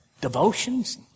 devotions